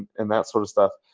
and that sort of stuff.